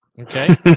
Okay